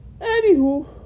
Anywho